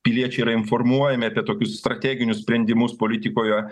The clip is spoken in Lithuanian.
piliečiai yra informuojami apie tokius strateginius sprendimus politikoje